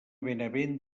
benavent